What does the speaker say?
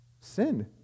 Sin